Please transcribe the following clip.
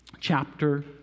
chapter